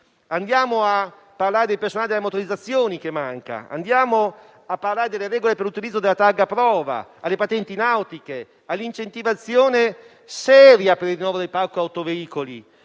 Andiamo a parlare del personale delle motorizzazioni, che manca; delle regole per l'utilizzo della targa prova; delle patenti nautiche; di un'incentivazione seria per il rinnovo del parco autoveicoli.